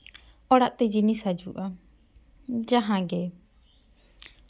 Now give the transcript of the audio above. ᱚᱲᱟᱜ ᱛᱮ ᱡᱤᱱᱤᱥ ᱦᱤᱡᱩᱜᱼᱟ ᱡᱟᱦᱟᱸ ᱜᱮ